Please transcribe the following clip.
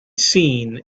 seen